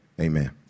Amen